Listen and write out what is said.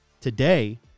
today